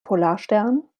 polarstern